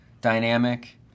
dynamic